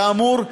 כאמור,